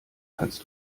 kannst